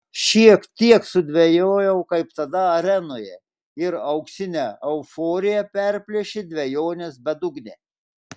šiek tiek sudvejojau kaip tada arenoje ir auksinę euforiją perplėšė dvejonės bedugnė